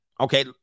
Okay